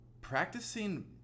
practicing